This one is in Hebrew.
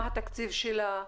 מה התקציב שלה,